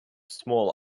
small